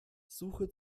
suche